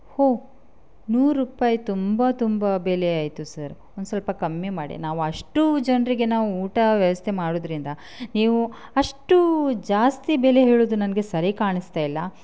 ಹೊ ನೂರು ರೂಪಾಯ್ ತುಂಬ ತುಂಬ ಬೆಲೆ ಆಯಿತು ಸರ್ ಸ್ವಲ್ಪ ಕಮ್ಮಿ ಮಾಡಿ ನಾವು ಅಷ್ಟು ಜನರಿಗೆ ನಾವು ಊಟ ವ್ಯವಸ್ಥೆ ಮಾಡೋದ್ರಿಂದ ನೀವು ಅಷ್ಟು ಜಾಸ್ತಿ ಬೆಲೆ ಹೇಳೋದು ನನಗೆ ಸರಿ ಕಾಣಿಸ್ತಾ ಇಲ್ಲ